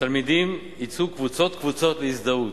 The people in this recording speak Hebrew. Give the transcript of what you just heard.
'התלמידים יצאו קבוצות קבוצות להזדהות'.